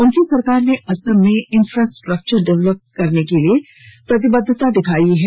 उनकी सरकार ने असम में इंफ़ास्टकचर डेवलप करने के लिए प्रतिबद्ध है